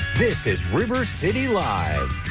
this is river city live.